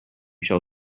shall